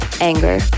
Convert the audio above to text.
anger